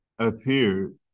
appeared